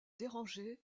dérangé